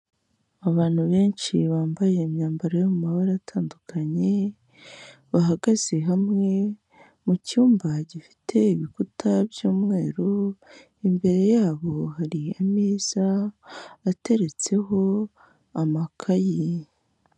Abantu benshi bambaye imyambaro yo mu mabara atandukanye, bahagaze hamwe, mu cyumba gifite ibikuta by'umweru, imbere yabo hari ameza, ateretseho amakayi.